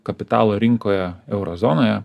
kapitalo rinkoje euro zonoje